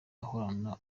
ahorana